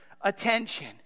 attention